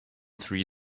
three